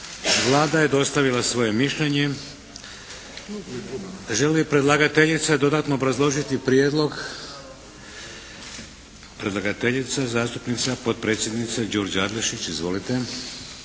Vlada je dostavila svoje mišljenje. Želi li predlagateljica dodatno obrazložiti prijedlog? Predlagateljica, zastupnica, potpredsjednica Đurđa Adleđić. Izvolite!